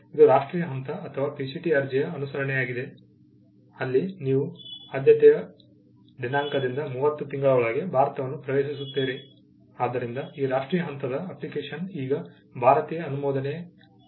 ಇದು ರಾಷ್ಟ್ರೀಯ ಹಂತ ಅಥವಾ PCT ಅರ್ಜಿಯ ಅನುಸರಣೆಯಾಗಿದೆ ಅಲ್ಲಿ ನೀವು ಆದ್ಯತೆಯ ದಿನಾಂಕದಿಂದ 30 ತಿಂಗಳೊಳಗೆ ಭಾರತವನ್ನು ಪ್ರವೇಶಿಸುತ್ತೀರಿ ಆದ್ದರಿಂದ ಈ ರಾಷ್ಟ್ರೀಯ ಹಂತದ ಅಪ್ಲಿಕೇಶನ್ ಈಗ ಭಾರತೀಯ ಅನುಮೋದನೆ ಆಗುತ್ತದೆ